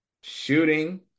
shooting